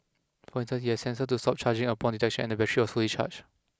for instance it had a sensor to stop charging upon detection and the battery was fully charged